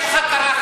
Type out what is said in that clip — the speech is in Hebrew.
שיש לך קרחת,